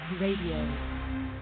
Radio